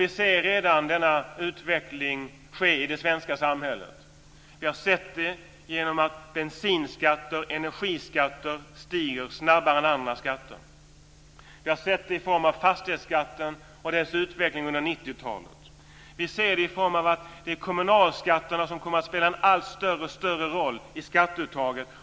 Vi ser redan denna utveckling ske i det svenska samhället. Vi har sett det genom att bensinskatter och energiskatter stiger snabbare än andra skatter. Vi har sett det i form av fastighetsskatten och dess utveckling under 1990 talet. Vi ser det i form av att det är kommunalskatterna som kommer att spela en allt större roll i skatteuttaget.